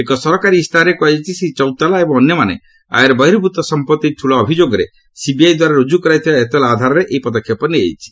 ଏକ ସରକାରୀ ଇସ୍ତାହାରରେ କୁହାଯାଇଛି ଶ୍ରୀ ଚୌତାଲା ଏବଂ ଅନ୍ୟମାନେ ଆର୍ୟବର୍ହିଭୂତ ସମ୍ପତ୍ତି ଠୁଳ ଅଭିଯୋଗରେ ସିବିଆଇ ଦ୍ୱାରା ରୁଜୁ କରାଯାଇଥିବା ଏତଲା ଆଧାରରେ ଏହି ପଦକ୍ଷେପ ନିଆଯାଇଛି